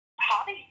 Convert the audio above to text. hobby